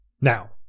Now